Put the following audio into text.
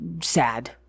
sad